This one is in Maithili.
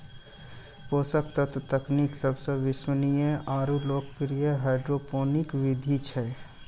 पोषक तत्व तकनीक सबसे विश्वसनीय आरु लोकप्रिय हाइड्रोपोनिक विधि छै